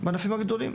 בענפים הגדולים,